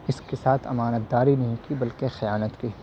اس کے ساتھ امانت داری نہیں کی بلکہ خیانت کی